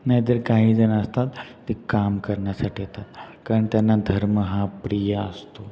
नाही तर काही जर असतात ते काम करण्यासाठी येतात कारण त्यांना धर्म हा प्रिय असतो